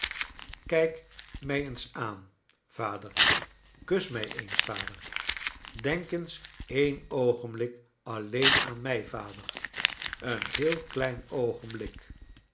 kijk mij eens aan vader kus mij eens vader denk eens een oogenblik alleen aan mij vader een heel klein oogenblik